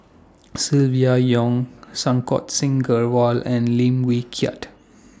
Silvia Yong Santokh Singh Grewal and Lim Wee Kiak